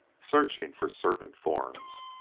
searching for serpent forms,